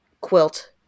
quilt